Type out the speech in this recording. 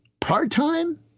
part-time